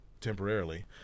temporarily